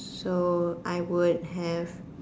so I would have